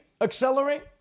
accelerate